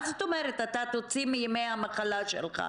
מה זאת אומרת, תוציא מימי המחלה שלך?